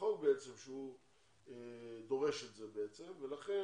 החוק בעצם שדורש את זה ולכן